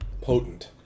potent